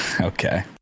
Okay